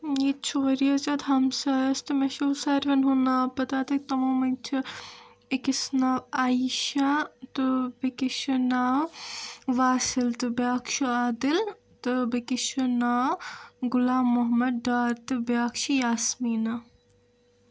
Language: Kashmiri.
ییٚتہِ چھِ واریاہ زیادٕ ہمساے اسہِ تہٕ مےٚ چھُنہٕ ساروٮ۪ن ہُند ناو پتہٕ تہٕ تمو منٛز چھ أکِس ناو عایشہ تہٕ بیٚکِس چھُ ناو واسِل تہٕ بیاکھ چھُ عادِل تہٕ بیٚکِس چھُ ناو غُلام محمد ڈار تہٕ بیاکھ چھِ یاسمیٖنہ